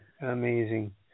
Amazing